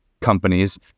companies